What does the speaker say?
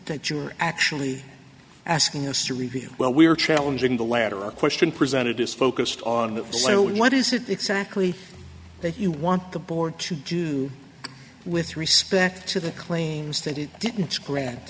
that you're actually asking us to reveal well we are challenging the latter a question presented is focused on so what is it exactly that you want the board to do with respect to the claims that it didn't